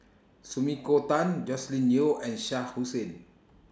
Sumiko Tan Joscelin Yeo and Shah Hussain